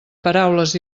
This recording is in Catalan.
paraules